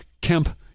Kemp